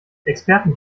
experten